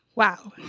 wow